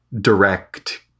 direct